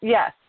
Yes